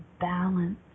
balance